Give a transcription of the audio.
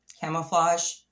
camouflage